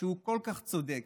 שהוא כל כך צודק,